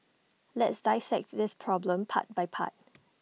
let's dissect this problem part by part